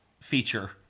feature